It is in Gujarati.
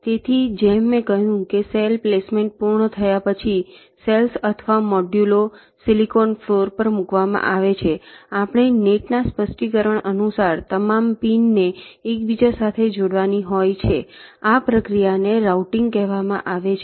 તેથી જેમ મેં કહ્યું છે કે સેલ પ્લેસમેન્ટ પૂર્ણ થયા પછી સેલ્સ અથવા મોડ્યુલો સિલિકોન ફ્લોર પર મૂકવામાં આવે છે આપણે નેટના સ્પષ્ટીકરણ અનુસાર તમામ પીનને એકબીજા સાથે જોડવાની હોય છે આ પ્રક્રિયાને રાઉટીંગ કહેવામાં આવે છે